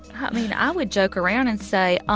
i mean, i would joke around and say,